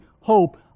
hope